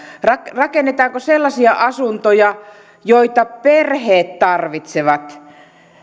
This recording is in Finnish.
rakennetaanko sellaisia asuntoja joita perheet tarvitsevat